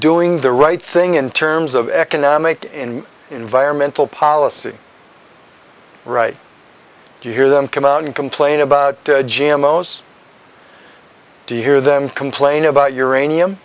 doing the right thing in terms of economic and environmental policy right you hear them come out and complain about g m o's do you hear them complain about uranium